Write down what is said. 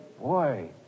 boy